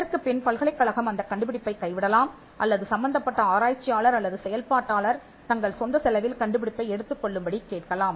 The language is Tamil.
அதற்குப்பின் பல்கலைக்கழகம் அந்தக் கண்டுபிடிப்பைக் கைவிடலாம் அல்லது சம்பந்தப்பட்ட ஆராய்ச்சியாளர் அல்லது செயல்பாட்டாளர் தங்கள் சொந்த செலவில் கண்டுபிடிப்பை எடுத்துக் கொள்ளும்படி கேட்கலாம்